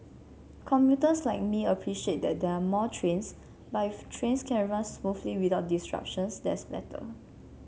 commuters like me appreciate that there are more trains but if trains can run smoothly without disruptions that's better